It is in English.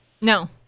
No